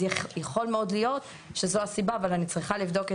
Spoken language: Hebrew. יכול מאוד להיות שזו הסיבה, אבל אני צריכה לבדוק.